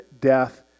death